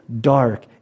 dark